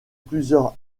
plusieurs